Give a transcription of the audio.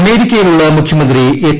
അമേരിക്കയിലുള്ള മുഖ്യമന്ത്രി എച്ച്